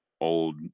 old